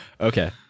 Okay